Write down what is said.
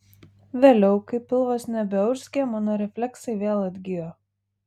vėliau kai pilvas nebeurzgė mano refleksai vėl atgijo